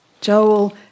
Joel